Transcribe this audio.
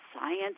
science